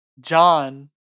John